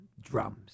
drums